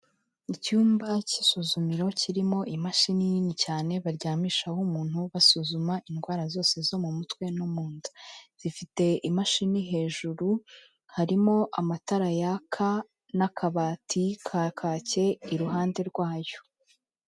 Icyumba cy'isuzumiro kirimo imashini nini cyane baryamishaho umuntu basuzuma indwara zose zo mu mutwe no mu nda. Zifite imashini hejuru, harimo amatara yaka n'akabati ka kaki iruhande rwayo.